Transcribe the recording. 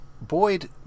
Boyd